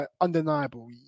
undeniable